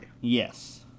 Yes